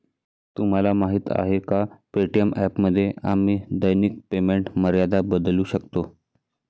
तुम्हाला माहीत आहे का पे.टी.एम ॲपमध्ये आम्ही दैनिक पेमेंट मर्यादा बदलू शकतो?